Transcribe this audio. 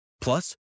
Plus